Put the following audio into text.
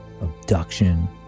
abduction